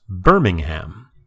Birmingham